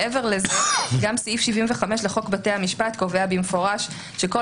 מעבר לזה גם סעיף 75 לחוק בתי המשפט קובע מפורשות שכל